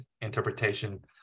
interpretation